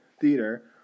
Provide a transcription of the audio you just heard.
theater